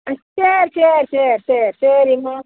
ஆ சரி சரி சரி சரி சரிங்க